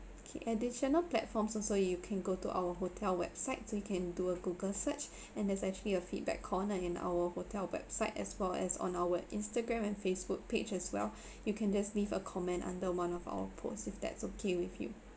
okay additional platforms also you can go to our hotel website so you can do a google search and there's actually a feedback corner in our hotel website as well as on our instagram and facebook page as well you can just leave a comment under one of our posts if that's okay with you